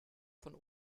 von